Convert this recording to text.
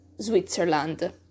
Switzerland